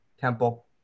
Temple